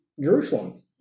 Jerusalem